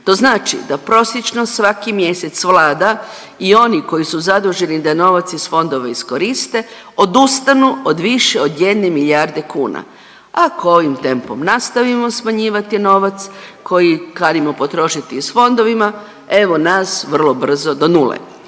To znači da prosječno svaki mjesec Vlada i oni koji su zaduženi da novac iz fondova iskoriste odustanu od više od 1 milijarde kuna. Ako ovim tempom nastavimo smanjivati novac koji kanimo potrošiti s fondovima, evo nas vrlo brzo do nule.